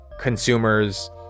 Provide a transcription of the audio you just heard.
Consumers